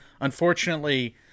Unfortunately